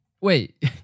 Wait